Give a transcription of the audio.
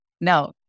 No